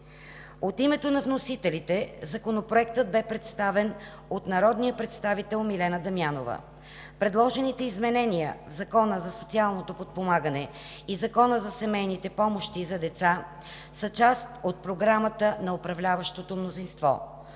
От името на вносителите Законопроектът бе представен от народния представител Милена Дамянова. Предложените изменения в Закона за социалното подпомагане и Закона за семейните помощи за деца са част от програмата на управляващото мнозинство.